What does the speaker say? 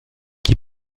qui